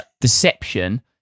Deception